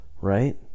right